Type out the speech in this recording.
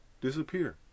disappear